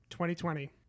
2020